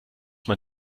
man